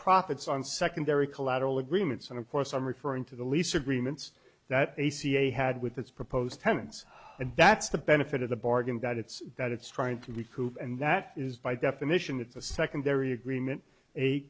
profits on secondary collateral agreements and of course i'm referring to the lease agreements that a ca had with its proposed tenants and that's the benefit of the bargain that it's that it's trying to recoup and that is by definition it's a secondary agreement a